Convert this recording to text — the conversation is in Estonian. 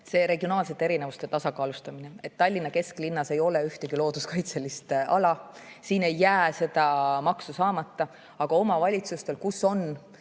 on regionaalsete erinevuste tasakaalustamine. Tallinna kesklinnas ei ole ühtegi looduskaitselist ala, siin ei jää maamaksu saamata, aga ka omavalitsustel, kus on